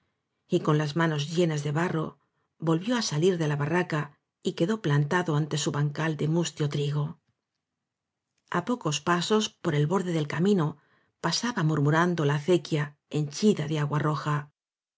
con las manos llenas de barro volvió á salir de la barraca y quedó plantado ante su bancal de mustio trigo pocos pasos por el borde del camino pasaba murmurando la acequia henchida de agua roja